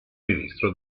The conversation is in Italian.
ministro